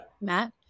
Matt